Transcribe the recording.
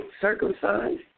circumcised